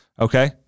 Okay